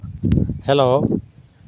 hello